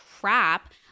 crap